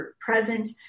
present